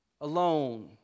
alone